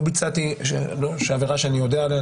לא ביצעתי שום עבירה שאני יודע עליה,